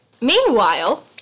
Meanwhile